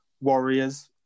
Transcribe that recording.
Warriors